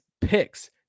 picks